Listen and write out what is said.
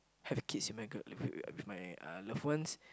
have kids with my girl with my with my uh loved ones